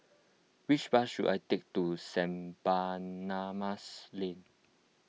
which bus should I take to Saint Barnabas Lane